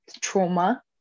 trauma